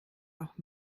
auch